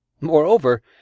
Moreover